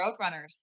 Roadrunners